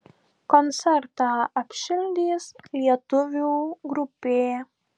koncertą apšildys lietuvių grupė